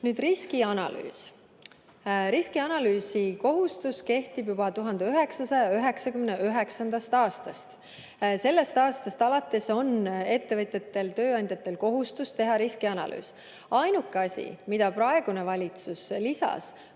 Nüüd riskianalüüs. Riskianalüüsikohustus kehtib juba 1999. aastast. Sellest aastast alates on ettevõtjatel, tööandjatel, kohustus teha riskianalüüs. Ainuke asi, mida praegune valitsus lisas,